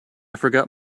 forgot